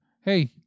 Hey